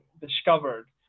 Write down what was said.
discovered